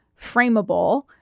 frameable